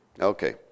Okay